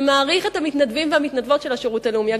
שמעריך את המתנדבים והמתנדבות של השירות הלאומי,